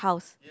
house